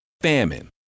famine